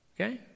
Okay